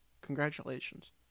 Congratulations